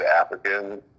African